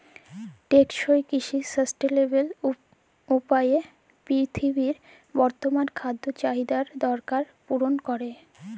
টেকসই কিসি সাসট্যালেবেল উপায়ে পিরথিবীর বর্তমাল খাদ্য চাহিদার দরকার পুরল ক্যরে